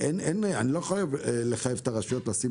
אני לא יכול לחייב את הרשויות לשים